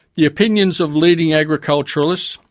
the opinions of leading agriculturalists,